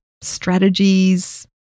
strategies